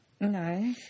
no